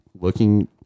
looking